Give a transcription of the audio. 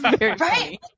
right